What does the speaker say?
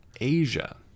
Asia